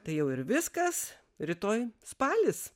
tai jau ir viskas rytoj spalis